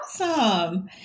awesome